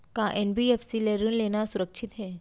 का एन.बी.एफ.सी ले ऋण लेना सुरक्षित हे?